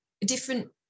different